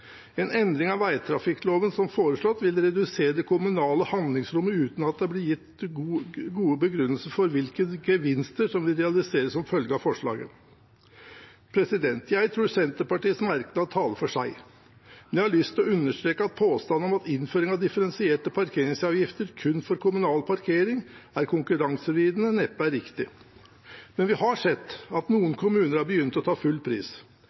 En endring av vegtrafikkloven som foreslått vil redusere det kommunale handlingsrommet uten at det blir gitt gode begrunnelser for hvilke gevinster som vil realiseres som følge av forslaget. Jeg tror Senterpartiets merknad taler for seg, men jeg lyst til å understreke at påstanden om at innføring av differensierte parkeringsavgifter kun for kommunal parkering er konkurransevridende, neppe er riktig. Men vi har sett at noen kommuner har begynt å ta full pris.